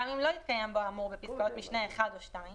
גם אם לא התקיים בו האמור בפסקאות משנה (1) או (2),